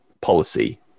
policy